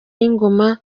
y’ingoma